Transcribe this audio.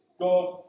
God